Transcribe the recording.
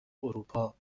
اروپا